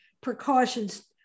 precautions